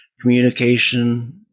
communication